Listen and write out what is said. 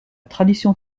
tradition